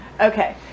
Okay